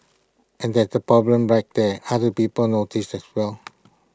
and that's the problem right there other people noticed as well